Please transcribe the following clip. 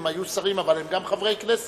אדוני הוא שר, והוא יעלה למעלה.